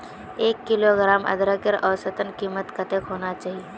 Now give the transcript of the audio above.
एक किलोग्राम अदरकेर औसतन कीमत कतेक होना चही?